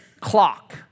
clock